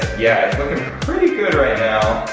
yeah, it's looking pretty good right now.